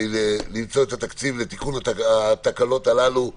למצוא את התקציב לתיקון התקלות הללו במיידי.